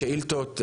שאילתות,